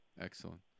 Excellent